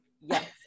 Yes